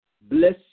bless